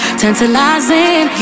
tantalizing